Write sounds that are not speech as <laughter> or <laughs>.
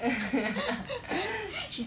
<laughs>